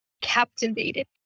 captivated